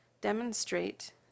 demonstrate